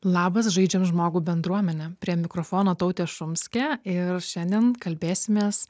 labas žaidžiam žmogų bendruomene prie mikrofono tautė šumskė ir šiandien kalbėsimės